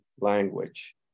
language